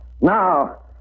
Now